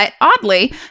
oddly